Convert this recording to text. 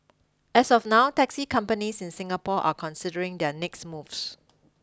as of now taxi companies in Singapore are considering their next moves